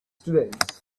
students